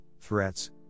threats